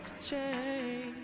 change